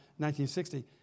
1960